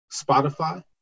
Spotify